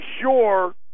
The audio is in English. sure